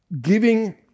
giving